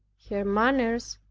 her manners,